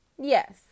Yes